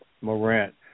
Morant